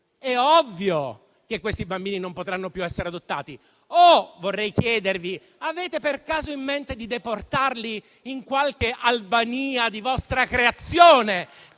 è ovvio che quei bambini non potranno più essere adottati. E allora vi vorrei chiedere se avete per caso in mente di deportarli in qualche Albania di vostra creazione